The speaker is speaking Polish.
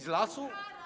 Z lasu?